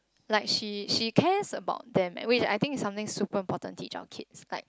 like she she cares about them and which I think is something super important to teach our kids like